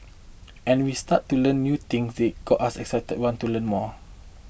and we started to learn new things that got us excited to want to learn more